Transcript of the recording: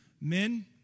Men